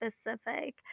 specific